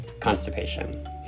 constipation